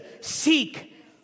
Seek